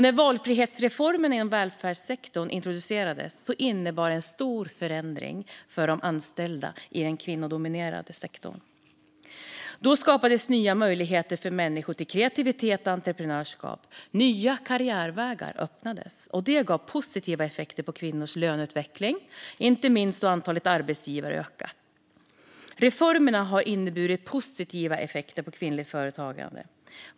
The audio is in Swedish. När valfrihetsreformerna inom välfärdssektorn introducerades innebar det en stor förändring för de anställda i denna kvinnodominerade sektor. Då skapades nya möjligheter för människor till kreativitet och entreprenörskap. Nya karriärvägar öppnades. Detta gav positiva effekter på kvinnors löneutveckling, inte minst då antalet arbetsgivare ökat. Reformerna har inneburit positiva effekter för kvinnligt företagande.